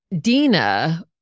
Dina